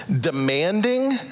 demanding